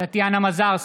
טטיאנה מזרסקי,